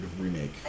remake